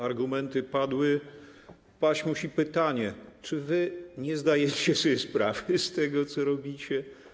Argumenty padły, paść musi pytanie: Czy wy nie zdajecie sobie sprawy z tego, co robicie?